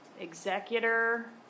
executor